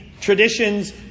traditions